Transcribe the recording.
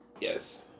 Yes